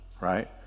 right